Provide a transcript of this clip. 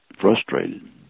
frustrated